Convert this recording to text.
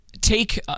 take